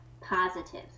positive